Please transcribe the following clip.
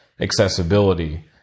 accessibility